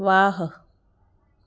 वाह